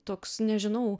toks nežinau